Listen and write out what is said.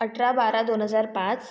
अठरा बारा दोन हजार पाच